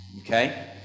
Okay